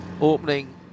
opening